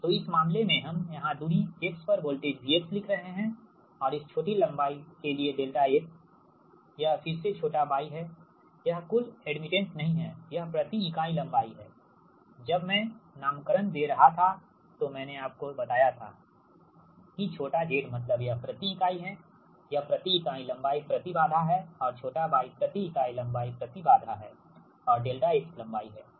तो इस मामले में हम यहाँ दूरी x पर वोल्टेज V लिख रहे हैं और इस छोटी लंबाई के लिए ∆x यह फिर से छोटा y है यह कुल एडमिटेंस नहीं हैयह प्रति इकाई लंबाई है जब मैं नाम करण दे रहा था तो मैंने आपको बताया था कि छोटा z मतलब यह प्रति इकाई है यह प्रति इकाई लंबाई प्रति बाधा है और छोटा y प्रति इकाई लंबाई प्रति बाधा है और ∆x लंबाई है